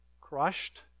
crushed